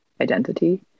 identity